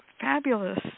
fabulous